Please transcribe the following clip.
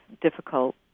difficult